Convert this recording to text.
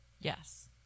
Yes